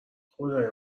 خدای